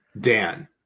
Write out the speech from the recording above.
Dan